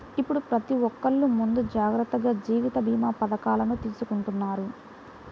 ఇప్పుడు ప్రతి ఒక్కల్లు ముందు జాగర్తగా జీవిత భీమా పథకాలను తీసుకుంటన్నారు